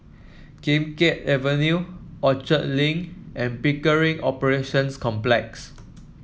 Kim Keat Avenue Orchard Link and Pickering Operations Complex